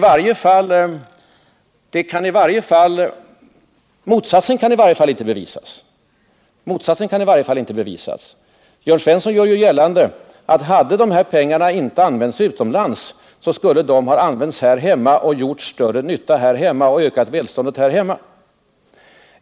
Men motsatsen kan i varje fall inte bevisas. Jörn Svensson gör gällande att hade dessa pengar inte investerats utomlands skulle de ha investerats här hemma och gjort större nytta och ökat välståndet här.